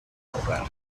ahorrar